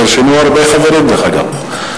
נרשמו הרבה חברים, דרך אגב.